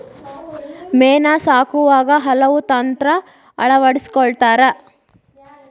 ಮೇನಾ ಸಾಕುವಾಗ ಹಲವು ತಂತ್ರಾ ಅಳವಡಸ್ಕೊತಾರ